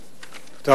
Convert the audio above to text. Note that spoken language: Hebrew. ואם,